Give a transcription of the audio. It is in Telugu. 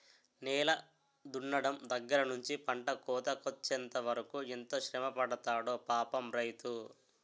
నేల దున్నడం దగ్గర నుంచి పంట కోతకొచ్చెంత వరకు ఎంత శ్రమపడతాడో పాపం రైతు